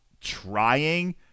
trying